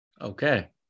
Okay